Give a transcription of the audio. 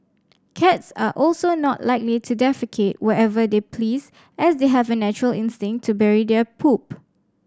cats are also not likely to defecate wherever they please as they have a natural instinct to bury their poop